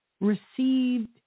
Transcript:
received